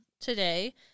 today